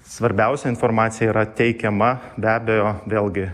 svarbiausia informacija yra teikiama be abejo vėlgi